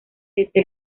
desde